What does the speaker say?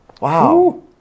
wow